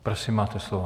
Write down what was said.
Prosím, máte slovo.